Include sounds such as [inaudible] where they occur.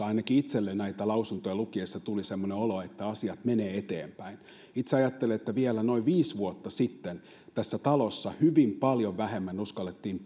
[unintelligible] ainakin itselleni näitä lausuntoja lukiessa tuli semmoinen olo että asiat menevät eteenpäin itse ajattelen että vielä noin viisi vuotta sitten tässä talossa hyvin paljon vähemmän uskallettiin [unintelligible]